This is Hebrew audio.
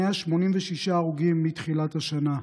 186 הרוגים מתחילת השנה.